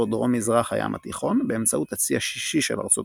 דרום-מזרח הים התיכון באמצעות הצי השישי של ארצות